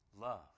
love